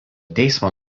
teismo